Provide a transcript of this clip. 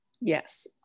Yes